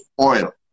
oil